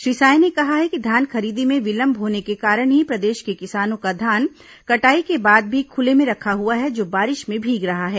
श्री साय ने कहा है कि धान खरीदी में विलंब होने के कारण ही प्रदेश के किसानों का धान कटाई के बाद भी खुले में रखा हुआ है जो बारिश में भीग रहा है